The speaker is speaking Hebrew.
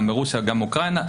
גם ברוסיה וגם באוקראינה,